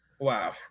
wow